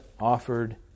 offered